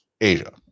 Asia